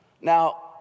Now